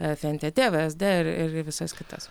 fntt vsd ir ir visas kitas